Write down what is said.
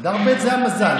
אדר ב' זה המזל.